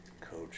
coach